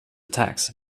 attacks